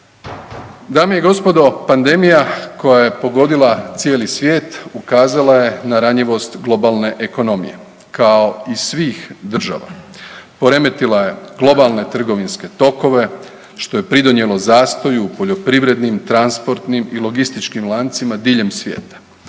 Dame i gospodo, pandemija koja je pogodila cijeli svijet, ukazala je na ranjivost globalne ekonomije kao i svih država. Poremetila je globalne trgovinske tokove, što je pridonijelo zastoju u poljoprivrednim, transportnim i logističkim lancima diljem svijeta.